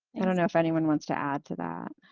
i don't know if anyone wants to add to that.